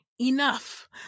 enough